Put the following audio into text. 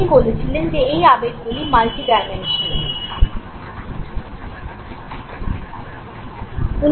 তিনি বলেছিলেন যে এই আবেগগুলি মাল্টি ডাইমেনশনাল